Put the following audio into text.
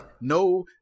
no